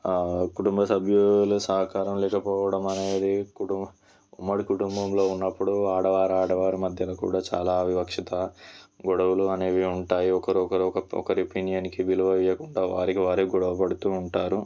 కుటుంబ సభ్యుల సహకారం లేకపోవడం అనేది కుటుంబ ఉమ్మడి కుటుంబంలో ఉన్నప్పుడు ఆడవారు ఆడవారు మధ్యలో కూడా చాలా వివక్షత గొడవలు అనేవి ఉంటాయి ఒకరికి ఒకరు ఒకరి ఒపీనియన్కి విలువ ఇవ్వకుండా వారికి వారే గొడవ పడుతు ఉంటారు